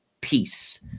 peace